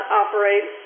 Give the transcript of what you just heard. operate